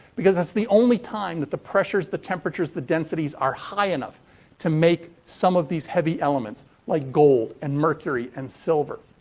because, it's the only time that the pressures, the temperatures, the densities are high enough to make some of these heavy elements like gold and mercury and silver.